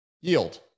yield